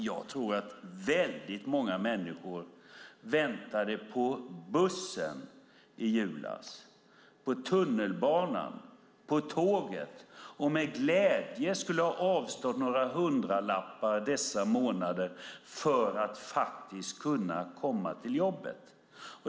Jag tror att många människor som väntade på bussen, tunnelbanan och tåget i julas med glädje skulle ha avstått några hundralappar dessa månader för att faktiskt kunna komma till jobbet.